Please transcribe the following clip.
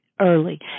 early